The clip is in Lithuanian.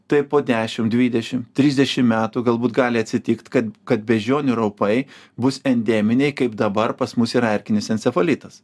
tai po dešim dvidešim trisdešim metų galbūt gali atsitikt kad kad beždžionių raupai bus endeminiai kaip dabar pas mus yra erkinis encefalitas